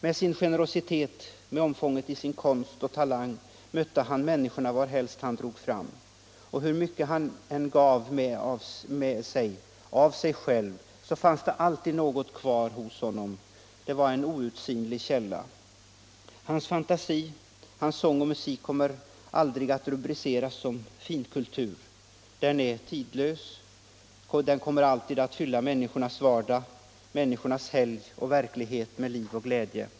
Med sin generositet, med omfånget av sin konst och sin talang mötte han människorna varhelst han drog fram, och hur mycket han än gav Allmänpolitisk debatt ut av sig själv fanns det alltid något kvar hos honom. Han var en outsinlig källa. Hans fantasi, hans sång och hans musik kommer aldrig att rubriceras som ”finkultur”. Hans diktning och musik är tidlös och kommer alltid att fylla människornas vardag, människornas helg, människornas hela verklighet med liv och glädje.